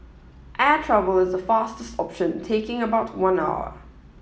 air travel is the fastest option taking about one hour